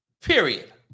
Period